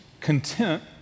content